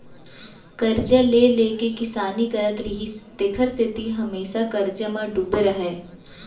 करजा ले ले के किसानी करत रिहिस तेखर सेती हमेसा करजा म डूबे रहय